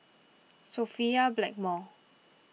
Sophia Blackmore